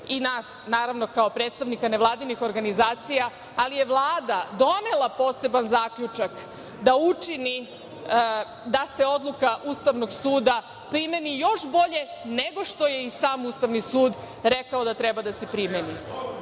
i nas naravno kao predstavnike nevladinih organizacija, ali je Vlada donela poseban zaključak da učini da se odluka Ustavnog suda primeni još bolje nego što je i sam Ustavni sud rekao da treba da se primeni.